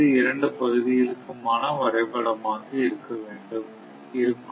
இது இரண்டு பகுதிகளுக்குமான வரைபடமாக இருக்கும்